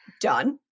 done